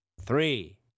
Three